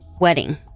Wedding